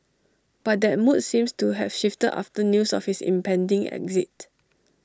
but that mood seems to have shifted after news of his impending exit